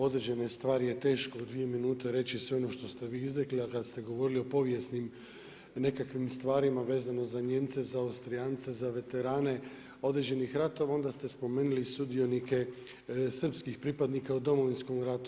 Određene stvari je teško u 2 minute reći sve ono što ste vi izrekli, a kad ste govorili o povijesnim nekakvim stvarima, vezano za Nijemce, za Austrijance, za veterane, određenih ratova, onda ste spomenuli sudionike srpskih pripadnika u Domovinskom ratu.